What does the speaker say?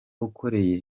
ukoreye